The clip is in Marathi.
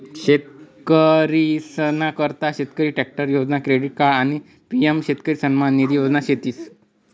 शेतकरीसना करता शेतकरी ट्रॅक्टर योजना, क्रेडिट कार्ड आणि पी.एम शेतकरी सन्मान निधी योजना शेतीस